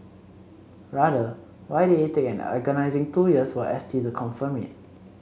rather why did it take an agonising two years for S T to confirm it